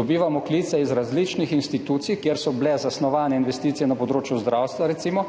Dobivamo klice iz različnih institucij, kjer so bile zasnovane investicije na področju zdravstva, recimo,